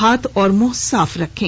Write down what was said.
हाथ और मुंह साफ रखें